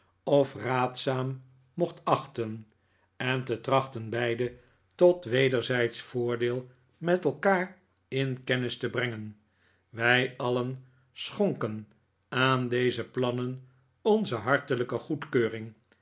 of raadzaam mocht achten en te trachten beiden tot wederzijdsch vocirdeel met elkaar in kennis te brengen wij alien schonken aan deze plannen onze hartelijke goedkeuring